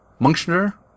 Munchner